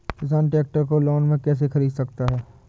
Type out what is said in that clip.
किसान ट्रैक्टर को लोन में कैसे ख़रीद सकता है?